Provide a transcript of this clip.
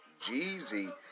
Jeezy